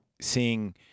seeing